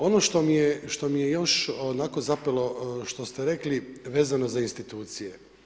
Ono što mi je još onako zapelo što ste rekli vezano za institucije.